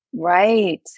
Right